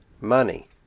money